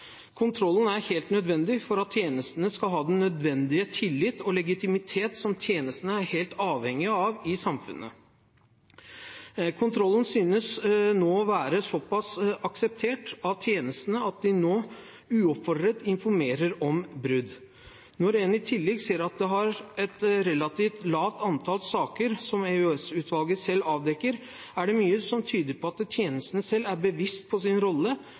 Kontrollen er helt nødvendig for at tjenestene skal ha den nødvendige tillit og legitimitet, som de er helt avhengig av, i samfunnet. Kontrollen synes nå å være såpass akseptert av tjenestene at de nå uoppfordret informerer om brudd. Når en i tillegg ser at det er et relativt lavt antall saker som EOS-utvalget selv avdekker, er det mye som tyder på at tjenestene selv er bevisst på sin rolle,